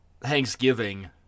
Thanksgiving